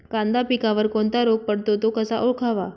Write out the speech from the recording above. कांदा पिकावर कोणता रोग पडतो? तो कसा ओळखावा?